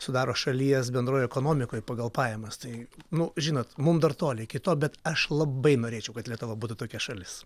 sudaro šalies bendroj ekonomikoj pagal pajamas tai nu žinot mum dar toli iki to bet aš labai norėčiau kad lietuva būtų tokia šalis